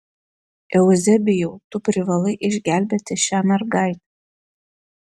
euzebijau tu privalai išgelbėti šią mergaitę